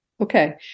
okay